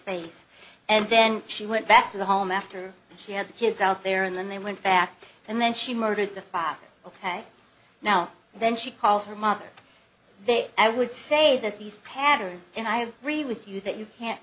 face and then she went back to the home after she had the kids out there and then they went back and then she murdered the father ok now then she calls her mother i would say that these patterns and i have read with you that you can't